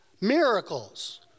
Miracles